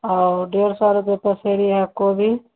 और डेढ़ सौ रुपये पसेरी है कोबी